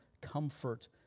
comfort